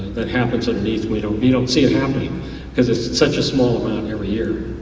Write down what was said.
that happens underneath, we don't we don't see it happening. cus it's such a small amount every year.